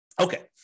Okay